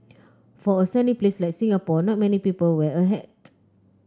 for a sunny place like Singapore not many people wear a hat